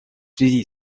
связи